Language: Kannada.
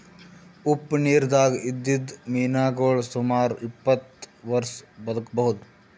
ಉಪ್ಪ್ ನಿರ್ದಾಗ್ ಇದ್ದಿದ್ದ್ ಮೀನಾಗೋಳ್ ಸುಮಾರ್ ಇಪ್ಪತ್ತ್ ವರ್ಷಾ ಬದ್ಕಬಹುದ್